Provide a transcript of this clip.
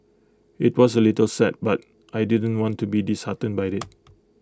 IT was A little sad but I didn't want to be disheartened by IT